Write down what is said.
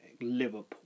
Liverpool